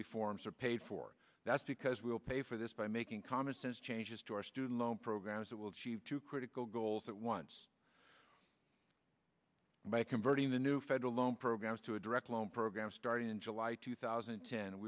reforms are paid for that's because we will pay for this by making commonsense changes to our student loan programs that will cheat to critical goals at once by converting the new federal loan programs to a direct loan program starting in july two thousand and